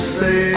say